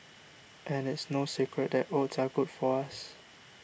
and it's no secret that oats are good for us